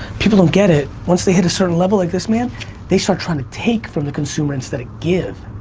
people don't get it. once they hit a certain level like this man they start trying to take from the consumer instead of give.